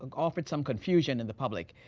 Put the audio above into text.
like offered some confusion in the public.